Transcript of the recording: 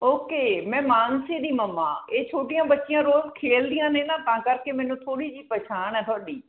okay ਮੈਂ ਮਾਨਸੇ ਦੀ ਮੰਮਾ ਇਹ ਛੋਟੀਆਂ ਬੱਚੀਆਂ ਰੋਜ਼ ਖੇਡਦੀਆਂ ਨੇ ਨਾ ਤਾਂ ਕਰਕੇ ਮੈਨੂੰ ਥੋੜ੍ਹੀ ਜੀ ਪਛਾਣ ਹੈ ਤੁਹਾਡੀ